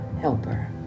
helper